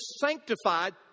sanctified